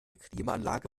klimaanlage